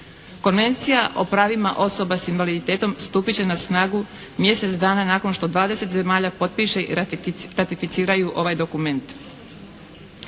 Konvencija o pravima osoba s invaliditetom stupit će na snagu mjesec dana nakon što dvadeset zemalja potpiše i ratificiraju ovaj dokument.